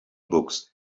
books